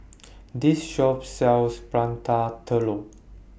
This Shop sells Prata Telur